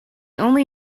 only